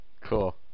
Cool